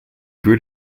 grew